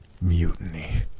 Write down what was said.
Mutiny